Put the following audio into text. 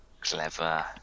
Clever